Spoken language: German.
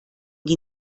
die